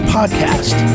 Podcast